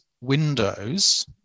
Windows